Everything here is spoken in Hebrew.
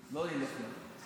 לא ילך לך.